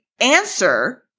answer